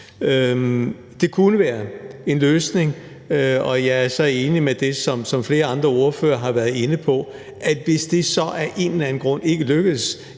Det kunne være en løsning. Jeg er så enig i det, som flere andre ordførere har været inde på, at hvis det så af en eller anden grund ikke lykkes,